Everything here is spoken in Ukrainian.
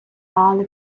але